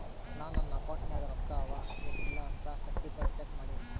ನಾ ನನ್ ಅಕೌಂಟ್ ನಾಗ್ ರೊಕ್ಕಾ ಅವಾ ಎನ್ ಇಲ್ಲ ಅಂತ ಸರ್ಟಿಫೈಡ್ ಚೆಕ್ ಮಾಡಿನಿ